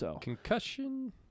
Concussion